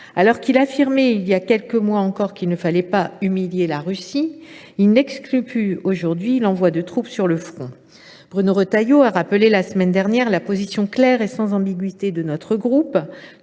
dernier affirmait voilà quelques mois encore qu’il ne fallait pas humilier la Russie, il n’exclut plus aujourd’hui l’envoi de troupes sur le front. Bruno Retailleau a rappelé la semaine dernière la position claire et sans ambiguïté de notre groupe